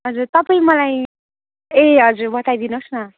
हजुर तपाईँ मलाई ए हजुर बताइदिनु होस् न